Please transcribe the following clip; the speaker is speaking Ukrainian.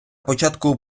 початку